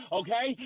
okay